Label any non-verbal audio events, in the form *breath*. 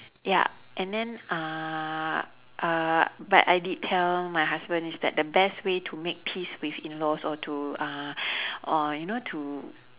ya and then uh uh but I did tell my husband is that the best way to make peace with in laws or to uh *breath* or you know to